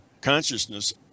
consciousness